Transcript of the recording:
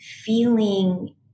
feeling